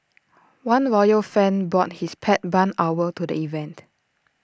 one royal fan brought his pet barn owl to the event